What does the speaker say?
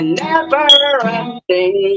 never-ending